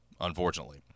Unfortunately